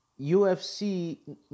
UFC